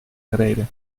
gereden